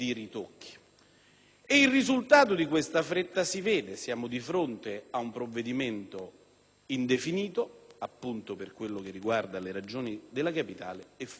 Il risultato di questa fretta si vede: siamo di fronte ad un provvedimento indefinito, appunto per quanto riguarda le ragioni della capitale, e frettoloso.